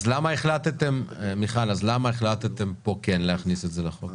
אז למה החלטתם פה כן להכניס את זה לחוק?